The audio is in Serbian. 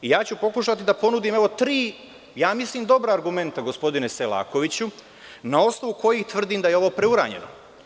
Ja ću pokušati da ponudim tri, ja mislim dobra argumenta, gospodine Selakoviću, na osnovu kojih tvrdim da je ovo preuranjeno.